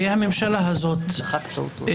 האם אנחנו רוצים